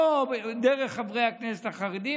לא דרך חברי הכנסת החרדים.